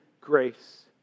grace